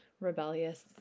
rebellious